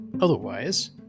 otherwise